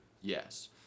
Yes